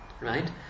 Right